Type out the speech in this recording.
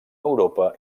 europa